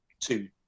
two